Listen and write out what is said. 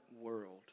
world